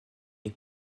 est